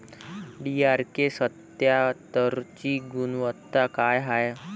DRK सत्यात्तरची गुनवत्ता काय हाय?